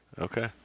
Okay